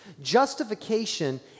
justification